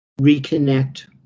reconnect